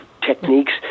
techniques